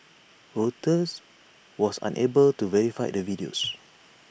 Reuters was unable to verify the videos